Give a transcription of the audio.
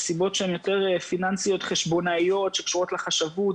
אלה סיבות פיננסיות יותר חשבונאיות שקשורות לחשבות.